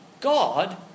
God